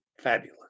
Fabulous